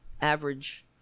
average